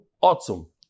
awesome